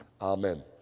Amen